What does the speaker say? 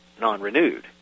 non-renewed